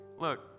Look